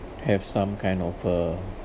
have some kind of uh